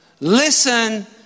Listen